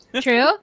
true